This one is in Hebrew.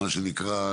מה שנקרא,